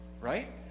right